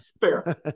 fair